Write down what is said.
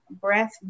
breath